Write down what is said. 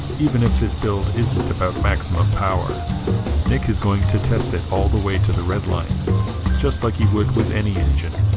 even if this build isn't about maximum power nick is going to test it all the way to the red line just like he would with any engine